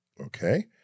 Okay